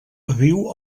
viu